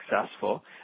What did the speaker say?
successful